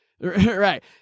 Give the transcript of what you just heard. Right